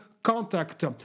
contact